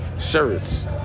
shirts